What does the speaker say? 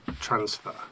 transfer